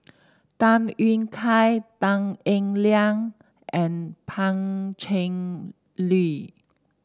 Tham Yui Kai Tan Eng Liang and Pan Cheng Lui